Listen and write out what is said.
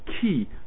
key